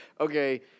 Okay